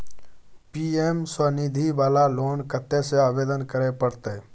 PM Svanidhi वाला loan कत्ते से आवेदन करे परतै?